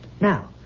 Now